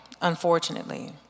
unfortunately